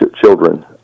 children